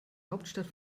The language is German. hauptstadt